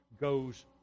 goes